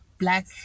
Black